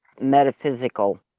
metaphysical